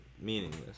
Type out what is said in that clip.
meaningless